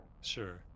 Sure